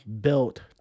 built